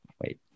Wait